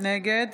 נגד